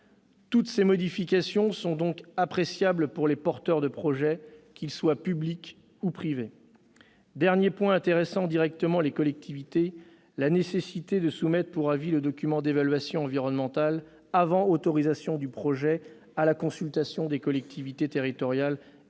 Toutes ces modifications sont appréciables pour les porteurs de projet qu'ils soient publics ou privés. Dernier point intéressant directement les collectivités, la nécessité de soumettre pour avis le document d'évaluation environnementale avant autorisation du projet à la consultation des collectivités territoriales